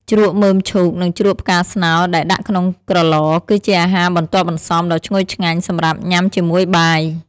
ជ្រក់មើមឈូក និងជ្រក់ផ្កាស្នោដែលដាក់ក្នុងក្រឡ គឺជាអាហារបន្ទាប់បន្សំដ៏ឈ្ងុយឆ្ងាញ់សម្រាប់ញ៉ាំជាមួយបាយ។